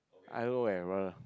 I don't know eh brother